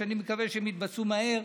שאני מקווה שהם יתבצעו מהר,